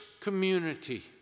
Community